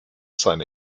seine